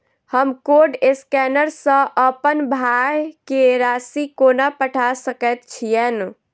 हम code scanner सँ अप्पन भाय केँ राशि कोना पठा सकैत छियैन?